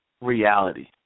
reality